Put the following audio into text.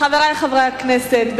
חברי חברי הכנסת,